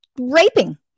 raping